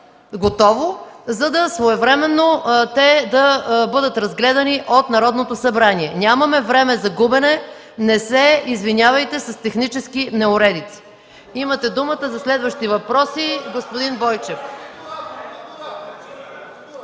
готово, за да могат своевременно да бъдат разгледани от Народното събрание. Нямаме време за губене! Не се извинявайте с технически неуредици. Имате думата за следващи въпроси. ЦВЕТОМИР МИХОВ